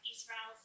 Israel